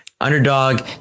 underdog